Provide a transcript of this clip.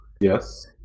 Yes